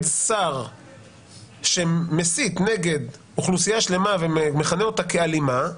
שר שמסית נגד אוכלוסייה שלמה ומכנה אותה כאלימה,